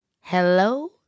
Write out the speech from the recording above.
Hello